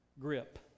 grip